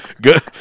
good